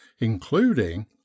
including